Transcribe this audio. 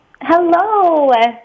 Hello